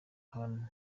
ahantu